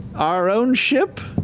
our own ship,